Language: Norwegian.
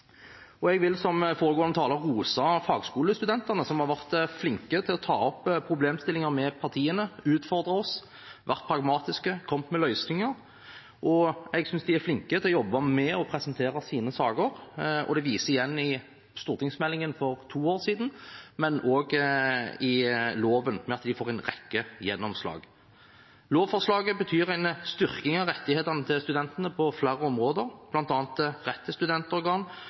Jeg vil, som foregående taler, rose fagskolestudentene, som har vært flinke til å ta opp problemstillinger med partiene. De har utfordret oss, vært pragmatiske og kommet med løsninger. Jeg synes de har vært flinke til å jobbe med og presentere sine saker, og det vises igjen i stortingsmeldingen fra to år tilbake, men også i loven, ved at de får en rekke gjennomslag. Lovforslaget betyr en styrking av rettighetene til studentene på flere områder, bl.a. rett til studentorgan.